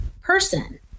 person